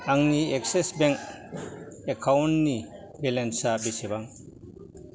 आंनि Axis bank एकाउन्टनि बेलेन्सा बेसेबां